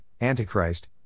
Antichrist